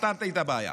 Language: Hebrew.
פתרתי את הבעיה.